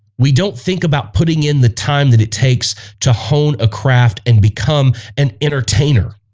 we don't think about putting in the time that it takes to hone a craft and become an entertainer